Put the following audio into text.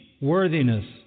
Worthiness